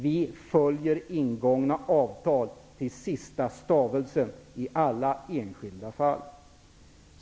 Vi följer ingångna avtal till sista stavelsen i alla enskilda fall.